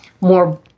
more